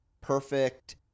perfect